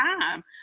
time